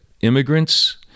immigrants